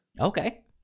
Okay